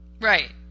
Right